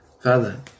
Father